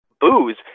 booze